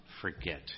forget